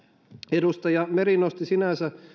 edustaja meri nosti sinänsä